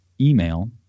email